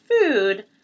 food